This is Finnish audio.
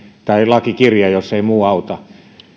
tai lakikirja jos ei muu auta